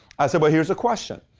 i said, but here's a question.